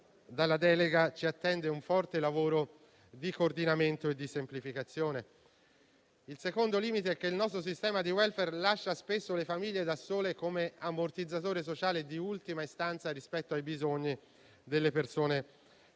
dalla delega ci attende quindi un forte lavoro di coordinamento e di semplificazione. Il secondo limite è che il nostro sistema di *welfare* lascia spesso le famiglie da sole, come ammortizzatore sociale di ultima istanza, rispetto ai bisogni delle persone